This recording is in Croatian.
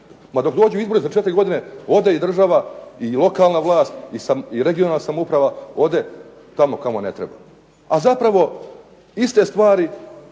dok dođu izbori za 4 godine ode i država i lokalna vlast i regionalna samouprava ode tamo kamo ne treba. A zapravo iste stvari